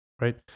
right